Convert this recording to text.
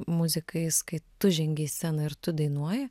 muzikais kai tu žengi į sceną ir tu dainuoji